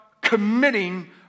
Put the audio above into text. committing